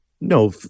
No